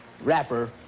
rapper